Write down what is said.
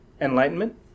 enlightenment